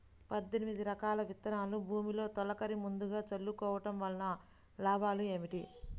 పద్దెనిమిది రకాల విత్తనాలు భూమిలో తొలకరి ముందుగా చల్లుకోవటం వలన లాభాలు ఏమిటి?